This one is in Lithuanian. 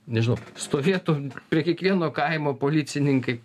nežinau stovėtų prie kiekvieno kaimo policininkai